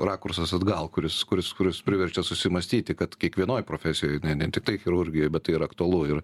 rakursas atgal kuris kuris kuris priverčia susimąstyti kad kiekvienoj profesijoj ne ne tiktai chirurgijoj bet tai yra aktualu ir